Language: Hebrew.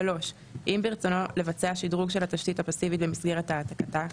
אם ברצונו לבצע שדרוג של התשתית הפסיבית במסגרת העתקתה,